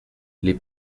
les